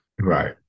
Right